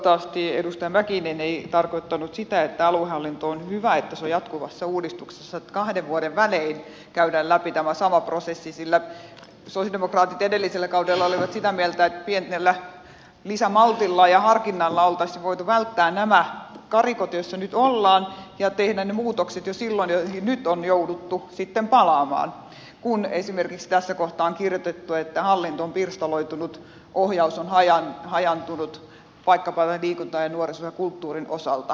toivottavasti edustaja mäkinen ei tarkoittanut sitä että on hyvä että aluehallinto on jatkuvassa uudistuksessa että kahden vuoden välein käydään läpi tämä sama prosessi sillä sosialidemokraatit edellisellä kaudella olivat sitä mieltä että pienellä lisämaltilla ja harkinnalla oltaisiin voitu välttää nämä karikot joissa nyt ollaan ja tehdä ne muutokset jo silloin joihin nyt on jouduttu sitten palaamaan kun esimerkiksi tässä kohtaa on kirjoitettu että hallinto on pirstaloitunut ohjaus on hajaantunut vaikkapa liikunnan nuorison ja kulttuurin osalta